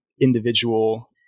individual